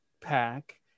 pack